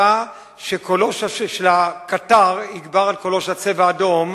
בתקווה שקולו של הקטר יגבר על קולו של "צבע אדום"